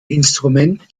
instrument